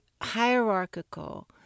hierarchical